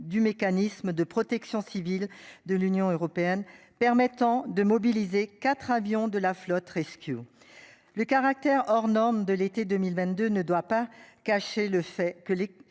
du mécanisme de protection civile de l'Union européenne permettant de mobiliser 4 avions de la flotte Rescue. Le caractère hors norme de l'été 2022 ne doit pas cacher le fait que